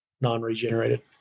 non-regenerated